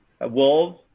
Wolves